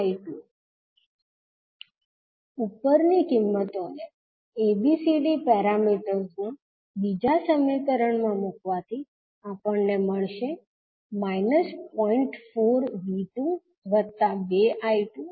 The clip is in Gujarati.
4V22I2 ઉપર ની કિંમતો ને ABCD પેરામીટર્સ ના બીજા સમીકરણ માં મુકવા થી આપણને મળશે 0